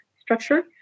structure